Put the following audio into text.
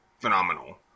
phenomenal